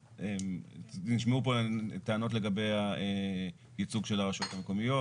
נשמעו פה טענות לגבי הייצוג של הרשויות המקומיות.